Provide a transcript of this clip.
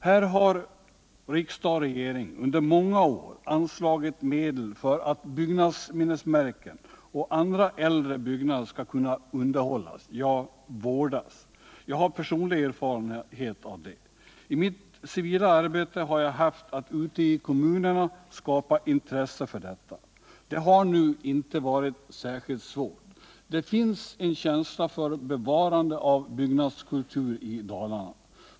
Här har riksdag och regering under många år anslagit medel för att byggnadsminnesmärken och andra äldre byggnader skall kunna underhållas, ja, vårdas. Jag har personlig erfarenhet av det. I mitt civila arbete har jag haft i uppdrag att ule i kommunerna skapa intresse för detta, och det har inte varit särskilt svårt. Det finns en känsla för bevarande av byggnadskultur i Dalarna.